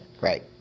Right